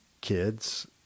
kids